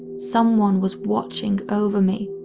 someone was watching over me,